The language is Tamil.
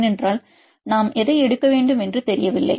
ஏனென்றால் நாம் எதை எடுக்க வேண்டும் என்று தெரியவில்லை